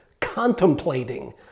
contemplating